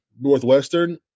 Northwestern